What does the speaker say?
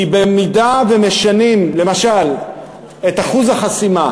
כי אם משנים למשל את אחוז החסימה,